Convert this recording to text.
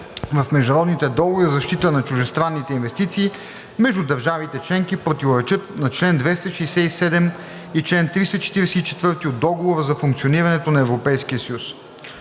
в международните договори за защита на чуждестранните инвестиции между държавите членки противоречат на чл. 267 и чл. 344 от Договора за функционирането на Европейския съюз.